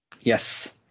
yes